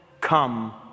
Come